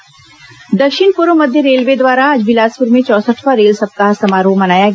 rail सप्ताह पुरस्कार दक्षिण पूर्व मध्य रेलवे द्वारा आज बिलासपुर में चौसठवां रेल सप्ताह समारोह मनाया गया